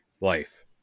life